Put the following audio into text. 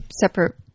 separate